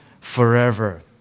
forever